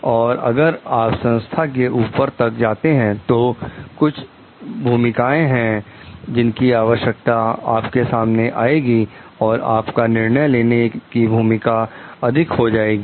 और अगर आप संस्था में ऊपर तक जाते हैं तो कुछ भूमिकाएं हैं जिनकी आवश्यकता आपके सामने आएगी और आपका निर्णय लेने की भूमिका अधिक हो जाएगी